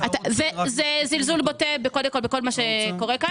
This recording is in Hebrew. זה זלזול בוטה כל מה שקורה כאן.